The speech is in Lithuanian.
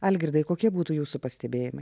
algirdai kokie būtų jūsų pastebėjimai